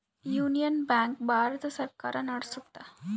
union Bank Bharat ಸರ್ಕಾರ ನಡ್ಸುತ್ತ